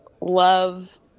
love